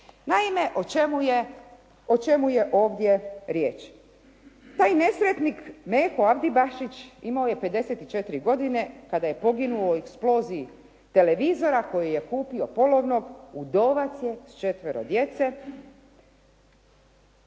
Naime, o čemu je ovdje riječ? Taj nesretnik Meho Abdibašić imao je 54 godine kada je poginuo u eksploziji televizora koji je kupio polovnog, udovac je s četvero djece.